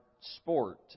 sport